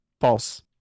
false